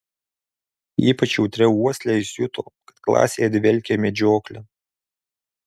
ypač jautria uosle jis juto kad klasėje dvelkė medžiokle